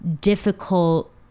difficult